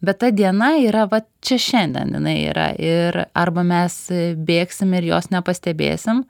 bet ta diena yra vat čia šiandien jinai yra ir arba mes bėgsim ir jos nepastebėsim